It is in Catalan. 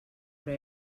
però